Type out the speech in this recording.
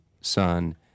son